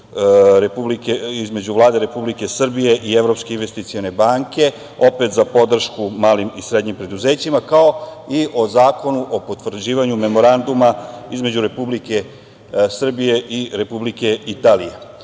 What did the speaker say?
između Vlade Republike Srbije i Evropske investicione banke, opet za podršku malim i srednjim preduzećima, kao i o Zakonu o potvrđivanju Memoranduma između Republike Srbije i Republike Italije.